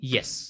Yes